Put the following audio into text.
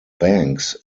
banks